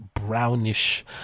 brownish